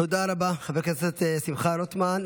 תודה רבה, חבר הכנסת שמחה רוטמן.